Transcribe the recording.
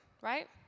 right